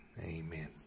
Amen